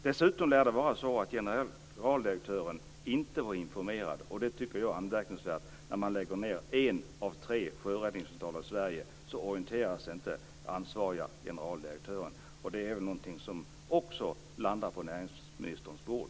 Dessutom lär det vara så att generaldirektören inte var informerad. Det tycker jag är anmärkningsvärt att den ansvarige generaldirektören inte orienteras när man lägger ned en av tre sjöräddningsundercentraler i Sverige. Det beslutsfattandet är någonting som också landar på näringsministerns bord.